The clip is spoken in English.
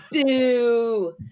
boo